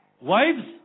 Wives